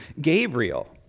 Gabriel